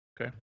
Okay